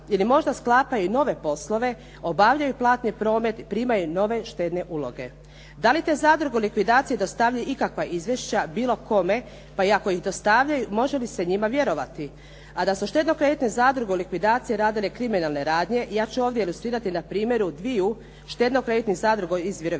ili možda sklapaju nove poslove, obavljaju platni promet i primaju nove štedne uloge. Da li te zadruge u likvidaciji dostavljaju ikakva izvješća bilo kome, pa i ako ih dostavljaju, može li se njima vjerovati? A da su štedno-kreditne zadruge u likvidaciji radile kriminalne radnje, ja ću ovdje ilustrirati na primjeru dviju štedno-kreditnih zadruga iz Virovitice.